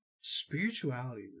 Spirituality